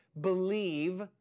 believe